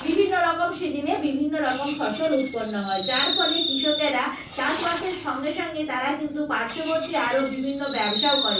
বিভিন্ন রকম সিজনে বিভিন্ন রকম ফসল উৎপন্ন হয় যার ফলে কৃষকেরা চাষবাসের সঙ্গে সঙ্গেই তারা কিন্তু পার্শ্ববর্তী আরও বিভিন্ন ব্যবসাও করে